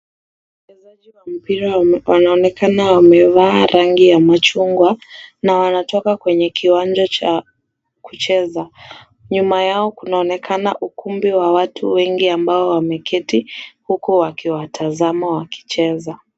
Wachezaji wa mpira wanaonekana wamevaa rangi ya machungwa na wanatoka kwenye kiwanja cha kucheza . Nyuma yao kunaonekana ukumbi wa watu wengi ambao wameketi huku wakiwatazama wakicheza.